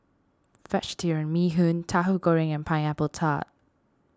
Vegetarian Bee Hoon Tauhu Goreng and Pineapple Tart